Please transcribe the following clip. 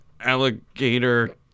alligator